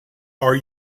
are